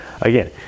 Again